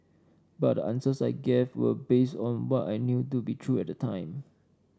but the answers I gave were based on what I knew to be true at the time